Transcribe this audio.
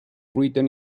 written